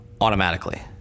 automatically